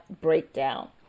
breakdown